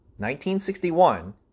1961